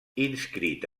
inscrit